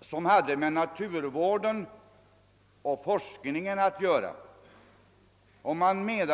som hade med naturvården och forskningen att göra.